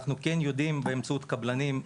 אנחנו כן יודעים, באמצעות קבלנים,